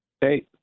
Hey